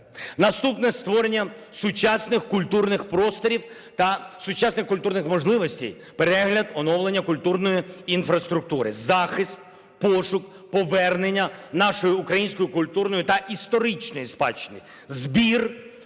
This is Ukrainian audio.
Наступне. Створення сучасних культурних просторів та сучасних культурних можливостей, перегляд, оновлення культурної інфраструктури. Захист, пошук, повернення нашої української культурної та історичної спадщини. Збір